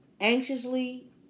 anxiously